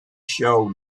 show